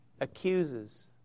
accuses